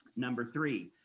number three,